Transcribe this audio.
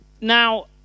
Now